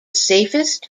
safest